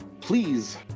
Please